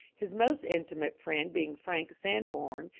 his most intimate friend being frank sanborn,